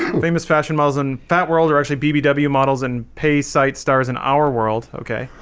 famous fashion miles in fat world are actually bbw bbw models and pay site stars in our world. okay,